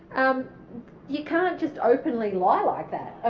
um you can't just openly lie like that.